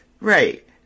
Right